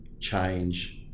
change